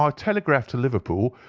ah telegraphed to liverpool,